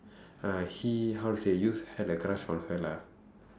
ah he how to say used to have a crush on her lah